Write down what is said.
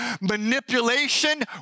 manipulation